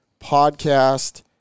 podcast